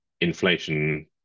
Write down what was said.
inflation